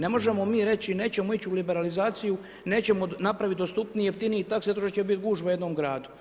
Ne možemo mi reći nećemo ići u liberalizaciju, nećemo napraviti dostupniji i jeftiniji taxi zato što će biti gužva u jednom gradu.